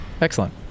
excellent